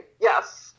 Yes